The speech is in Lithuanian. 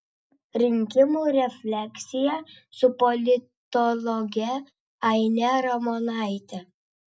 rinkimų refleksija su politologe aine ramonaite